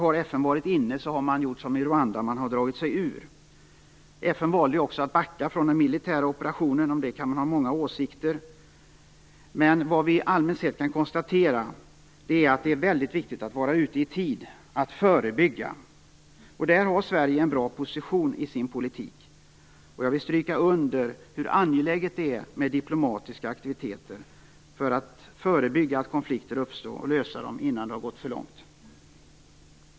Har FN varit inne, har man gjort som i Rwanda - man har dragit sig ur. FN valde ju också att backa från den militära operationen. Om det kan man ha många åsikter, men vad vi allmänt sett kan konstatera är att det är väldigt viktigt att vara ute i tid, att förebygga. Där har Sverige en bra position i sin politik. Jag vill understryka hur angeläget det är med diplomatiska aktiviteter för att förebygga att konflikter uppstår och lösa dem innan det har gått för långt.